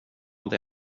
det